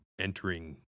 entering